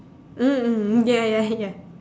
mm mm ya ya ya